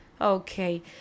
Okay